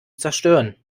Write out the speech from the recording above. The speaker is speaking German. zerstören